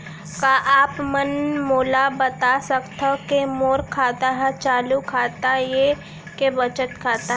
का आप मन मोला बता सकथव के मोर खाता ह चालू खाता ये के बचत खाता?